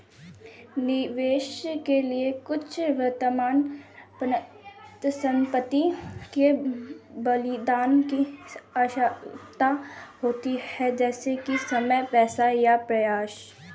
निवेश के लिए कुछ वर्तमान संपत्ति के बलिदान की आवश्यकता होती है जैसे कि समय पैसा या प्रयास